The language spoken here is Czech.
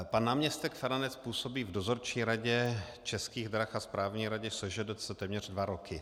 Pan náměstek Feranec působí v dozorčí radě Českých drah a správní radě SŽDC téměř dva roky.